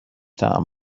طعم